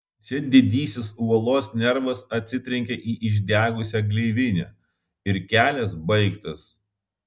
čia didysis uolos nervas atsitrenkia į išdegusią gleivinę ir kelias baigtas